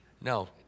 no